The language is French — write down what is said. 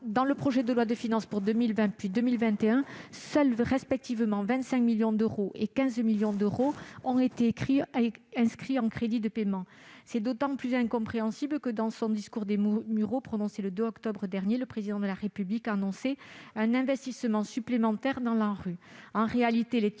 dans les projets de loi de finances pour 2020 et 2021, seuls 25 millions d'euros et 15 millions ont respectivement été inscrits en crédits de paiement. C'est d'autant plus incompréhensible que, dans son discours des Mureaux prononcé le 2 octobre dernier, le Président de la République a annoncé « un investissement supplémentaire dans l'ANRU